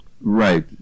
Right